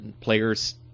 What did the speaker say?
Players